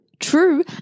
True